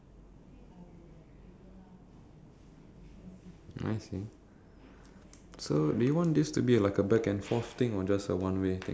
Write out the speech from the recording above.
if I had the time before this actually happen and I found out where certain shops are shops like like shops that sells um